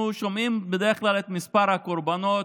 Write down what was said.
אנחנו שומעים בדרך כלל את מספר הקורבנות,